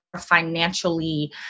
financially